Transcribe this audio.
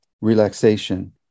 relaxation